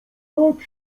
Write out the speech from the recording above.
tak